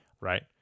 right